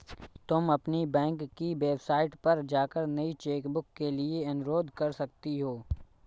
तुम अपनी बैंक की वेबसाइट पर जाकर नई चेकबुक के लिए अनुरोध कर सकती हो